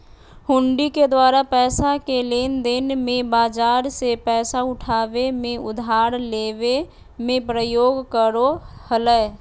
हुंडी के द्वारा पैसा के लेनदेन मे, बाजार से पैसा उठाबे मे, उधार लेबे मे प्रयोग करो हलय